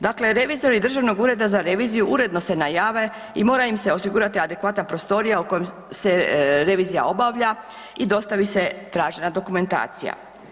Dakle revizori Državnog ureda za reviziju uredno se najave i mora im se osigurati adekvatna prostorija u kojoj se revizija obavlja i dostavi se tražena dokumentacija.